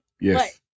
Yes